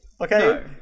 Okay